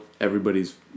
everybody's